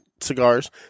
cigars